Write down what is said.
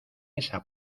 esa